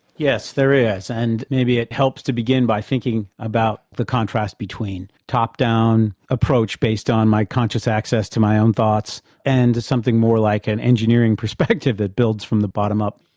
yes, there is, and maybe it helps to begin by thinking about the contrast between top-down approach based on my conscious access to my own thoughts and to something more like an engineering perspective that builds from the bottom up.